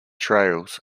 trails